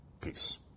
peace